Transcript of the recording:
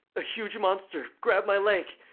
a huge monster grabbed my leg.